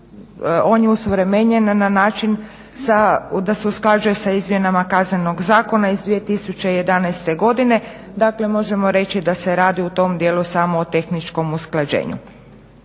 on je osuvremenjen na način da se usklađuje sa izmjenama KZ-a iz 2011. godine, dakle možemo se reći da se radi u tom dijelu samo o tehničkom usklađenju.